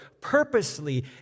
purposely